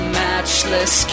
matchless